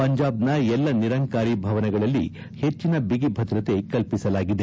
ಪಂಜಾಬ್ನ ಎಲ್ಲ ನಿರಂಕಾರಿ ಭವನಗಳಲ್ಲಿ ಹೆಚ್ಚಿನ ಬಿಗಿ ಭದ್ರತೆ ಕಲ್ಪಿಸಲಾಗಿದೆ